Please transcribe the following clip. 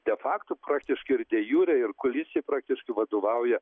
de fakto praktiškai ir de jure ir koaliciajai praktiškai vadovauja